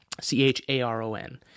C-H-A-R-O-N